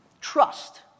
Trust